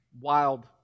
wild